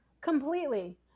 Completely